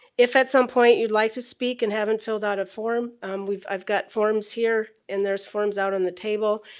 if at some point you'd like to speak and haven't filled out a form um i've got forms here and there's forms out on the table.